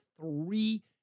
three